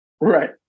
Right